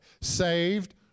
saved